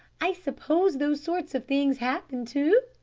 i suppose those sort of things happen too?